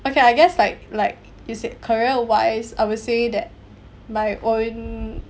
okay I guess like like you said career wise I would say that my own